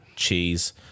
cheese